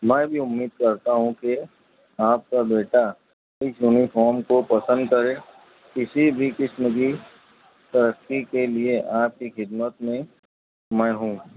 میں بھی امید کرتا ہوں کہ آپ کا بیٹا اس یونیفارم کو پسند کرے کسی بھی قسم کی ترقی کے لیے آپ کی خدمت میں میں ہوں